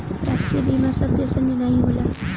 राष्ट्रीय बीमा सब देसन मे नाही होला